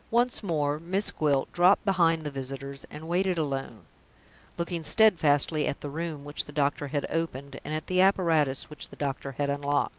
once more, miss gwilt dropped behind the visitors, and waited alone looking steadfastly at the room which the doctor had opened, and at the apparatus which the doctor had unlocked.